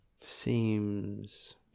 Seems